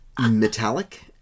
Metallic